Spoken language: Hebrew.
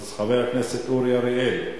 אז חבר הכנסת אורי אריאל.